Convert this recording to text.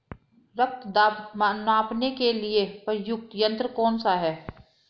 रक्त दाब मापने के लिए प्रयुक्त यंत्र कौन सा है?